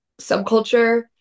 subculture